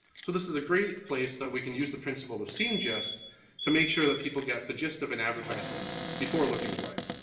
so this is a great place that we can use the principle of scene gist to make sure that people get the gist of an advertisement before looking away.